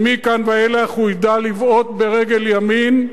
שמכאן ואילך הוא ידע לבעוט ברגל ימין,